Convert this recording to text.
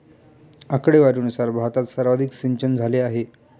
आकडेवारीनुसार भारतात सर्वाधिक सिंचनझाले आहे